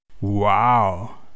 Wow